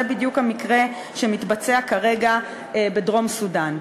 זה בדיוק מה שמתבצע כרגע בדרום-סודאן.